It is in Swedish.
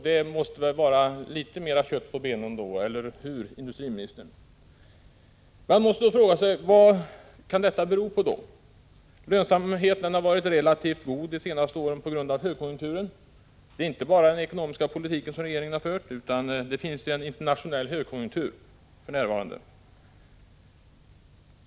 Det måste väl vara litet mer kött på benen — eller hur, industriministern? Man måste då fråga sig: Vad kan detta bero på? Lönsamheten har varit relativt god de senaste åren på grund av högkonjunkturen. Det handlar inte bara om den ekonomiska politik som regeringen har fört, utan det finns för närvarande en internationell högkonjunktur.